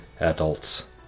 adults